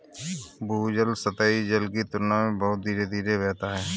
भूजल सतही जल की तुलना में बहुत धीरे धीरे बहता है